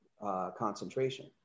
concentration